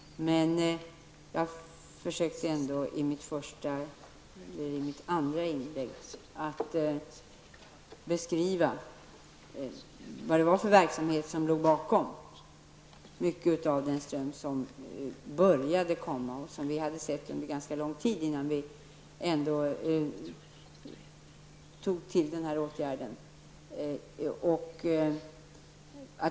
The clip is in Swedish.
I mitt andra inlägg försökte jag ändock att beskriva vilken verksamhet som låg bakom en stor del av den ström som vi såg började komma och som vi hade sett under ganska lång tid innan vi tog till denna åtgärd.